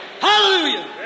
hallelujah